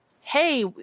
hey